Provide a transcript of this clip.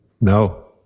No